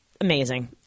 amazing